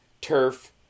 turf